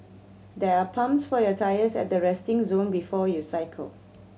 there are pumps for your tyres at the resting zone before you cycle